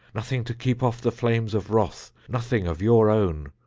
nothing to keep off the flames of wrath, nothing of your own,